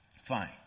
Fine